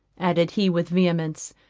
added he with vehemence,